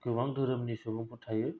गोबां दोहोरोमनि सुबुंफोर थायो